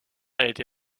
été